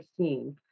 16